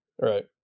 right